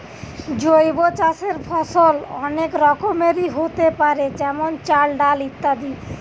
জৈব চাষের ফসল অনেক রকমেরই হোতে পারে যেমন চাল, ডাল ইত্যাদি